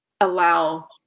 allow